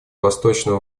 восточного